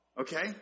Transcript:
Okay